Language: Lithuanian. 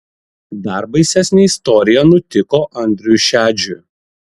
dar baisesnė istorija nutiko andriui šedžiui